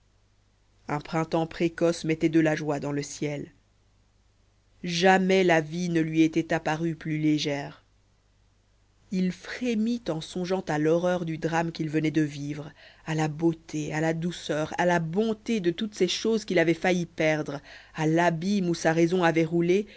un printemps précoce mettait de la joie dans le ciel jamais la vie ne lui était apparue plus légère il frémit en songeant à l'horreur du drame qu'il venait de vivre à la beauté à la douceur à la bonté de toutes ces choses qu'il avait failli perdre à l'abîme où sa raison avait roulé